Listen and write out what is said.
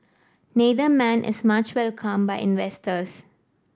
neither man is much welcomed by investors